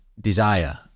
desire